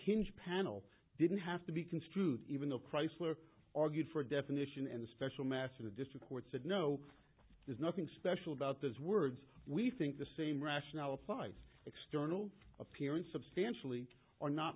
hinged panel didn't have to be construed even though chrysler argued for a definition and a special master the district court said no there's nothing special about those words we think the same rationale applies external appearance substantially or not